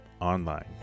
online